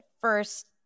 First